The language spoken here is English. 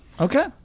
Okay